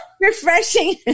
refreshing